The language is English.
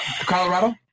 colorado